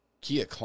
Kia